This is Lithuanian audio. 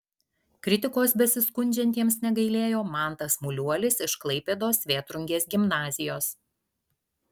kritikos besiskundžiantiems negailėjo mantas muliuolis iš klaipėdos vėtrungės gimnazijos